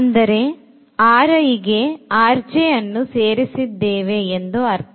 ಅಂದರೆ ಗೆ ಅನ್ನು ಸೇರಿಸಿದ್ದೇವೆ ಎಂದು ಅರ್ಥ